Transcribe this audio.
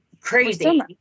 crazy